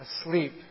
asleep